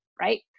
right